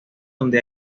donde